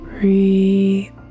Breathe